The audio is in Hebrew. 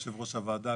יושב-ראש הוועדה,